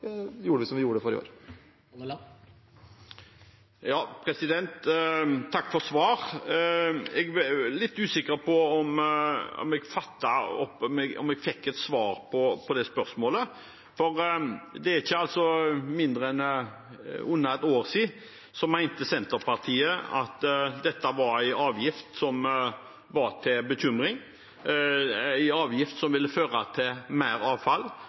gjorde vi som vi gjorde for i år. Takk for svar. Jeg er litt usikker på om jeg fikk et svar på det spørsmålet. Det er altså slik at for under et år siden mente Senterpartiet at dette var en avgift som var til bekymring, en avgift som ville føre til mer avfall,